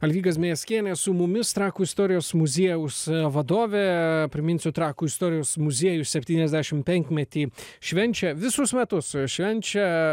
alvyga zmejevskienė su mumis trakų istorijos muziejaus vadovė priminsiu trakų istorijos muziejus septyniasdešim penkmetį švenčia visus metus švenčia